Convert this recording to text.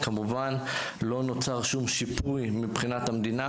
כמובן לא נוצר שום שיפוי מבחינת המדינה,